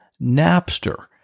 Napster